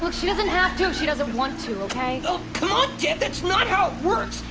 but she doesn't have to if she doesn't want to, okay? come on, deb! that's not how it works!